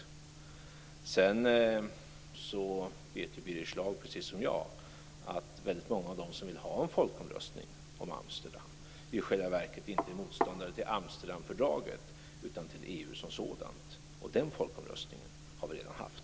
Birger Schlaug vet vidare precis som jag att väldigt många av dem som vill ha en folkomröstning om Amsterdamfördraget i själva verket inte är motståndare just till fördraget utan till EU som sådant. Folkomröstningen om det har vi redan haft.